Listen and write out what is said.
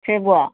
ꯁꯤꯕꯣ